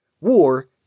war